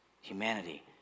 humanity